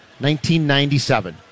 1997